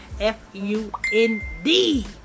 F-U-N-D